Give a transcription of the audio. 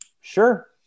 Sure